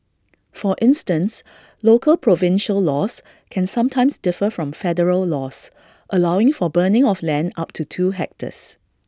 for instance local provincial laws can sometimes differ from federal laws allowing for burning of land up to two hectares